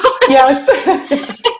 Yes